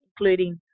including